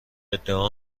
ادعا